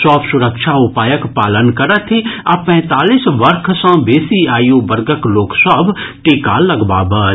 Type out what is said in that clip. सभ सुरक्षा उपायक पालन करथि आ पैंतालीस वर्ष सँ बेसी आयु वर्गक लोक सभ टीका लगबावथि